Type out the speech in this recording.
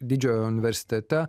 didžiojo universitete